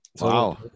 wow